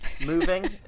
Moving